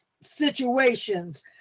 situations